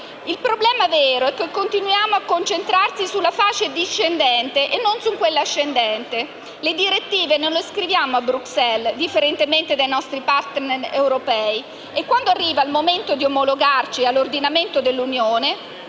Il problema vero è che continuiamo a concentrarci sulla fase discendente e non su quella ascendente. Le direttive non le scriviamo a Bruxelles, differentemente dai nostri *partner* europei, e quando arriva il momento di omologarci all'ordinamento dell'Unione,